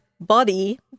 body